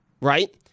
right